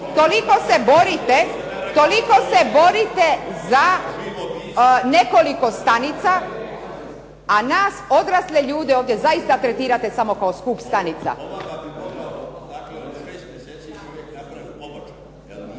toliko se borite za nekoliko stanica, a nas odrasle ljude ovdje zaista tretirate samo kao skup stanica.